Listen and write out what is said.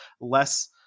Less